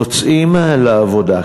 "יוצאים לעבודה".